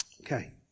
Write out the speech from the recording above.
Okay